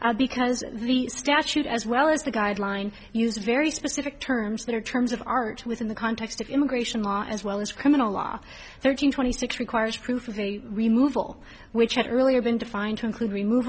because the statute as well as the guideline use a very specific terms that are terms of art within the context of immigration law as well as criminal law thirteen twenty six requires proof of a remove all which had earlier been defined to include remove